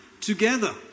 together